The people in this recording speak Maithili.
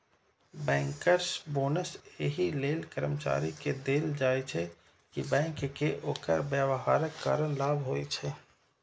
बैंकर्स बोनस एहि लेल कर्मचारी कें देल जाइ छै, कि बैंक कें ओकर व्यवहारक कारण लाभ होइ छै